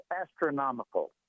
astronomical